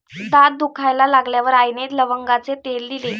दात दुखायला लागल्यावर आईने लवंगाचे तेल दिले